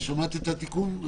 שמעת את התיקון?